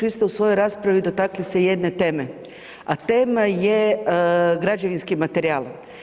Vi ste se u svojoj raspravi dotaknuli jedne teme, a tema je građevinski materijal.